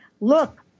look